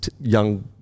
young